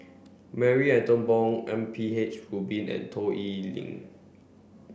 Marie Ethel Bong M P H Rubin and Toh Liying